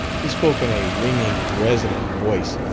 he spoke in a ringing, resonant voice,